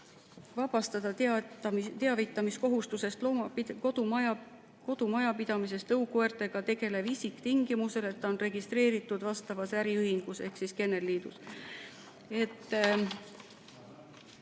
vabastada teavitamiskohustusest kodumajapidamises tõukoertega tegelev isik tingimusel, et ta on registreeritud vastavas äriühingus ehk kennelliidus.